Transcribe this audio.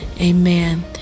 Amen